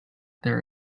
there